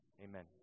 Amen